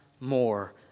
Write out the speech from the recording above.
more